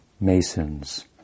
masons